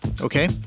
Okay